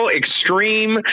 extreme